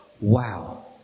wow